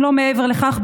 אם לא מעבר לכך,